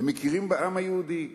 הם מכירים בעם היהודי,